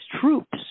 troops